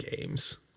games